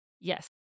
Yes